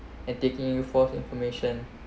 and taking you false information